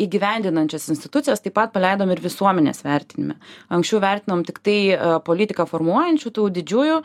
įgyvendinančias institucijas taip pat paleidom ir visuomenės vertinime anksčiau vertinom tiktai politiką formuojančių tų didžiųjų